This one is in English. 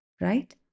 right